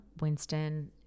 winston